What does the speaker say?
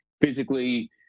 physically